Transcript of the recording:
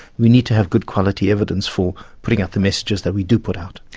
we need to have good quality evidence for putting out the messages that we do put out.